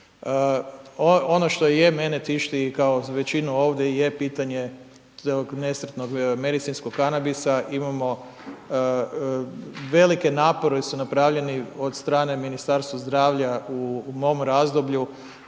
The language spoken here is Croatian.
Ono što je mene tišti, kao i većinu ovdje, je pitanje tog nesretnog medicinskog kanabisa imamo velike napori su napravljeni od strane Ministarstva zdravlja u mom razdoblju,